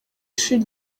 ishuri